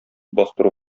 бастыру